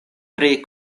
pri